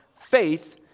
faith